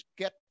get